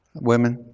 women?